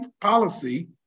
policy